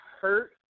hurt